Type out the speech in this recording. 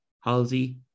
Halsey